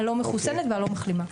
הלא מחוסנת והלא מחלימה.